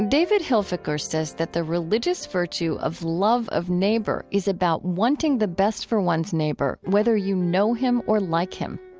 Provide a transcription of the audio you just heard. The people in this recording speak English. david hilfiker says that the religious virtue of love of neighbor is about wanting the best for one's neighbor whether you know him or like him.